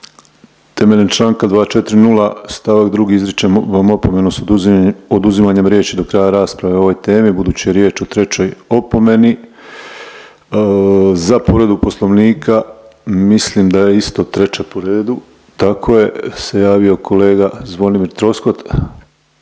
Temeljem čl. 240. st. 2. izričem vam opomenu s oduzimanjem riječi do kraja rasprave o ovoj temi budući je riječ o trećoj opomeni. Za povredu Poslovnika mislim da je isto treća po redu, tako je, se javio kolega Zvonimir Troskot.